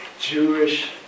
Jewish